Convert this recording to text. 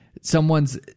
someone's